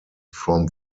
from